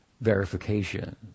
verification